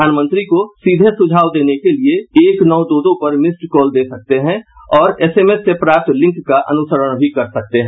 प्रधानमंत्री को सीधे सुझाव देने के लिये एक नौ दो दो पर मिस्ड कॉल दे सकते हैं और एसएमएस से प्राप्त लिंक का अनुसरण भी कर सकते हैं